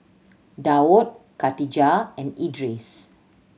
Daud Khatijah and Idris